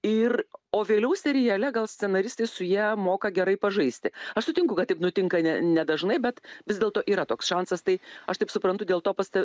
ir o vėliau seriale gal scenaristai su ja moka gerai pažaisti aš sutinku kad taip nutinka ne ne dažnai bet vis dėlto yra toks šansas tai aš taip suprantu dėl to pasta